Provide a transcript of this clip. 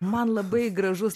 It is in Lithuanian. man labai gražus